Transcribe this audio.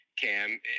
cam